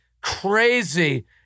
crazy